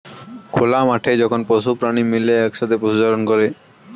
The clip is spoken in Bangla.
খোলা মাঠে যখন পশু প্রাণী মিলে একসাথে পশুচারণ করে